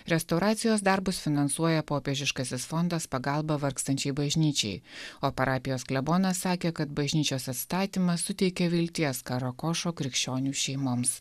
restauracijos darbus finansuoja popiežiškasis fondas pagalba vargstančiai bažnyčiai o parapijos klebonas sakė kad bažnyčios atstatymas suteikė vilties karakošo krikščionių šeimoms